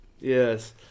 Yes